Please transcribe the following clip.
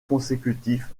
consécutifs